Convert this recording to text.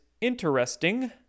interesting